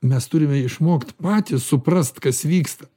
mes turime išmokt patys suprast kas vyksta